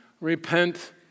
Repent